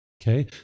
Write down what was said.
Okay